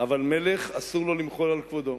אבל מלך, אסור לו למחול על כבודו,